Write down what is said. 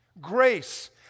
Grace